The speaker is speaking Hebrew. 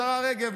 השרה רגב,